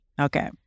Okay